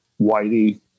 whitey